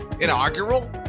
inaugural